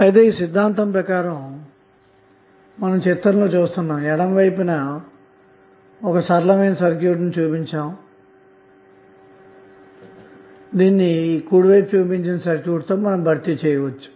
Thevenin సిద్ధాంతం ప్రకారం చిత్రంలో ఎడమ వైపు గల సరళమైన సర్క్యూట్ను కుడివైపు చూపించిన సర్క్యూట్ తో భర్తీ చేయవచ్చు